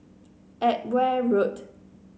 Edgware Road